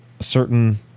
certain